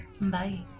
Bye